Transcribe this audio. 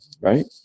right